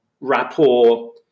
rapport